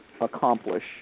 accomplish